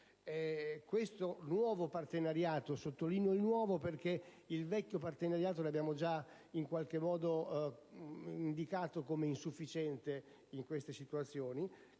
Questo nuovo partenariato (e sottolineo il termine «nuovo», perché il vecchio lo abbiamo già, in qualche modo, indicato come insufficiente in queste situazioni)